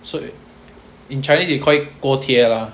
so it in chinese you called it 锅贴 lah